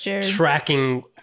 tracking